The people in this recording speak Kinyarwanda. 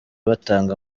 batanga